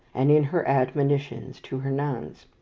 and in her admonitions to her nuns.